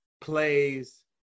plays